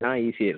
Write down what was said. ആ ഈസിയാണ്